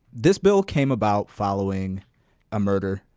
this bill came about following a murder.